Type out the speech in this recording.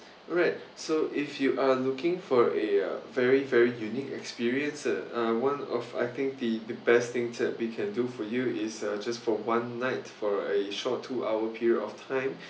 alright so if you are looking for a uh very very unique experience uh one of I think the the best thing that we can do for you is uh just for one night for a short two hour period of time